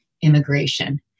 immigration